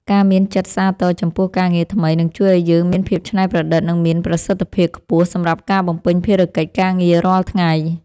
ការមានចិត្តសាទរចំពោះការងារថ្មីនឹងជួយឱ្យយើងមានភាពច្នៃប្រឌិតនិងមានប្រសិទ្ធភាពខ្ពស់សម្រាប់ការបំពេញភារកិច្ចការងាររាល់ថ្ងៃ។